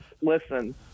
listen